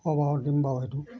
হ'ব দিম বাৰু সেইটো